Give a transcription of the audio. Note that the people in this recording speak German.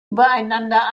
übereinander